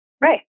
Right